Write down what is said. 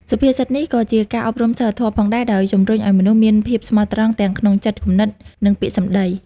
សុភាសិតនេះក៏ជាការអប់រំសីលធម៌ផងដែរ ដោយជំរុញឱ្យមនុស្សមានភាពស្មោះត្រង់ទាំងក្នុងចិត្តគំនិត និងពាក្យសម្ដី។